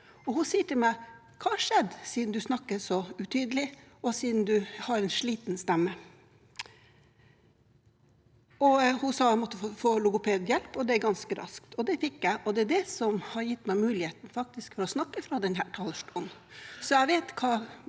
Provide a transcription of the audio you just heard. Hun sier til meg: Hva har skjedd, siden du snakker så utydelig, og siden du har en sliten stemme? Hun sa jeg måtte få logopedhjelp og det ganske raskt. Det fikk jeg, og det er det som har gitt meg muligheten til å snakke fra denne talerstolen.